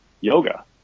yoga